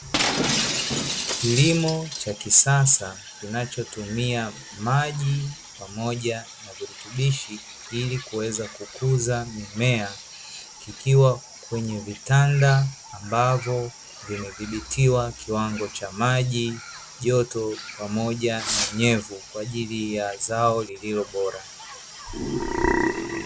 Kilimo cha kisasa, kinachotumia maji pamoja na virutubishi, ili kuweza kukuza mimea, kikiwa kwenye vitanda ambavyo vimedhibitiwa kiwango cha maji, joto, pamoja na unyevu, kwa ajili ya zao lililo bora.